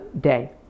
day